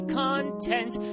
content